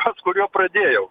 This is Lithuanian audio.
tas kuriuo pradėjau